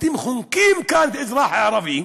אתם חונקים כאן את האזרח הערבי,